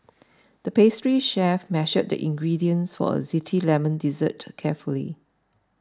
the pastry chef measured the ingredients for a Zesty Lemon Dessert carefully